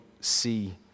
see